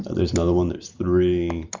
there's another one, there's three,